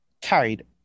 carried